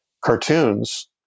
cartoons